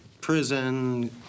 prison